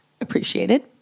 appreciated